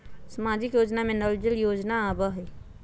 सामाजिक योजना में नल जल योजना आवहई?